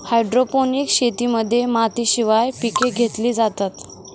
hydroponics शेतीमध्ये मातीशिवाय पिके घेतली जातात